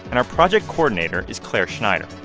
and our project coordinator is clare schneider.